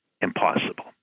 impossible